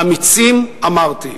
אמיצים, אמרתי.